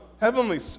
heavenly